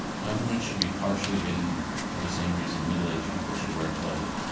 government should be partially hidden for the same reason middle-aged people should wear clothing.